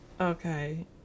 Okay